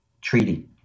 treaty